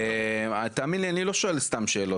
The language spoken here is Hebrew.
תאמין לי, אני לא שואל סתם שאלות.